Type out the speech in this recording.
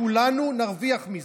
וכולנו נרוויח מזה.